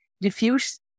diffuse